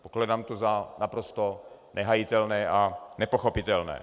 Pokládám to za naprosto nehájitelné a nepochopitelné.